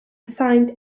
assigned